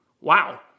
Wow